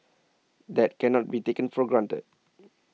that cannot be taken for granted